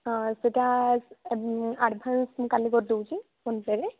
ହଁ ସେଇଟା ଆଡ଼୍ଭାନ୍ସ ମୁଁ କାଲି କରି ଦେଉଛି ଫୋନ୍ପେ'ରେ